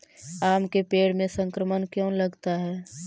आम के पेड़ में संक्रमण क्यों लगता है?